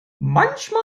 manchmal